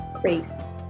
grace